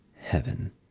heaven